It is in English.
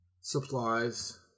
supplies